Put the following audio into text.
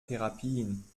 therapien